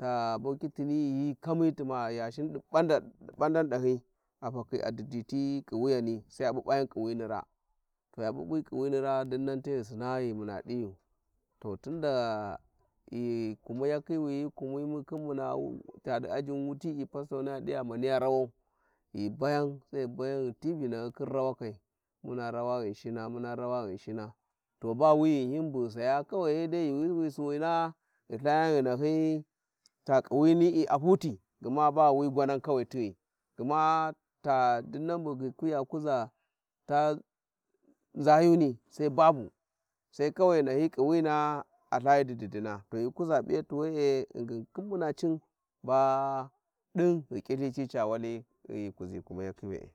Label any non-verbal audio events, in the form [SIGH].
ta bokitine hi kamyi tuma yastrin di-Badan badan dahyi a fakhia didi ta didinti kuwt jani şai pupayan kuwini rag, to ghi p'up'ū kwiwini rag dimnan te ghi sina ghi muna digy to tunda [NOISE] ghi kumiyakhi wi hi kumiyimu khin Thuna wu ca di gjin wutili pastoni aliye mandya rawau ghi bayan sai bayan ghi ti vinskiy, khin rawakal muna rawa bu ghi saya usai dai yuuwi in bu ghi sayans wi yuurung ghi tharyan [NOISE] ghi nahyi ta kuwini a huti gma bawi quranan gwanga bu ghi- kawai tighi gma ta dinnan bu ghi khi-khiya kuza tą nzayuni sai babu, [NOISE] sai kawaikhiyg tiguighi nahyi kuwi a thayi dididing to ghi kuza piyati ghingin khin mung in ba din ghi kilthi ci wali ghi kuzi kumiyakhi we'e.